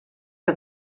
que